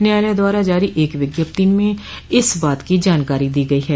न्यायालय द्वारा जारी एक विज्ञप्ति में इस बात की जानकारी दी गई है